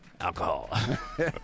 alcohol